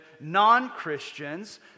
non-Christians